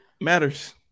matters